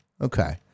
Okay